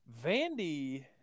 Vandy